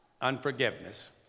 unforgiveness